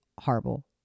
horrible